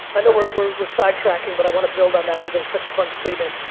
i know we're sidetracking, but i wanna build on that, cause it was such a fun statement.